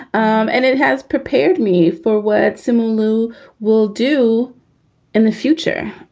um and it has prepared me for work. similarly, you will do in the future.